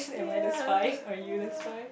ya uh